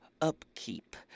upkeep